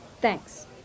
Thanks